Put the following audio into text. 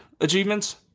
achievements